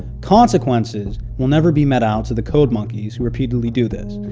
consequences will never be met out to the code monkeys who repeatedly do this,